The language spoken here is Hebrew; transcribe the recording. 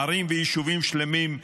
ערים ויישובים שלמים,